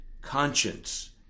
conscience